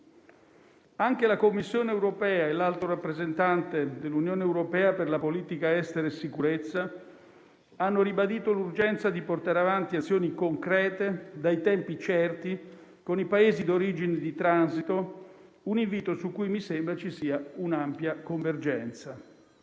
Anche la Commissione europea e l'Alto rappresentante dell'Unione europea per gli affari esteri e la politica di sicurezza hanno ribadito l'urgenza di portare avanti azioni concrete dai tempi certi con i Paesi di origine e di transito, un invito su cui mi sembra ci sia ampia convergenza.